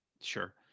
Sure